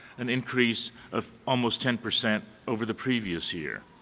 an increase of almost ten percent over the previous year.